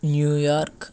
New York